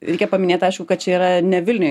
reikia paminėt aišku kad čia yra ne vilniuj